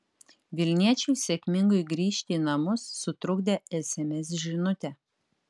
vilniečiui sėkmingai grįžti į namus sutrukdė sms žinutė